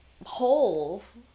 holes